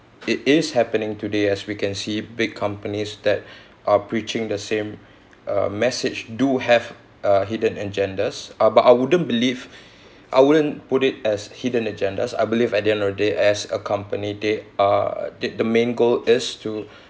it is happening today as we can see big companies that are preaching the same uh message do have uh hidden agendas uh but I wouldn't believe I wouldn't put it as hidden agendas I believe at the end of the day as a company they are that main goal is to